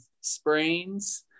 sprains